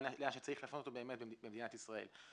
לאן שצריך להפנות אותו באמת במדינת ישראל.